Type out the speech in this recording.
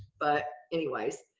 but anyways,